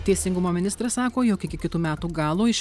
teisingumo ministras sako jog iki kitų metų galo iš